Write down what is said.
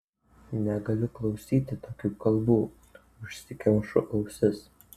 negaliu klausyti tokių kalbų užsikemšu ausis